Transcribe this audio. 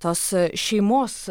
tos šeimos